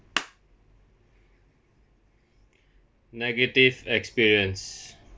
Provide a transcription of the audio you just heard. negative experience